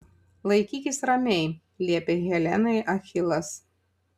laikykis ramiai liepė helenai achilas